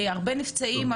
הרבה נפצעים,